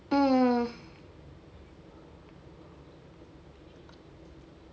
mm